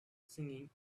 singing